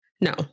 no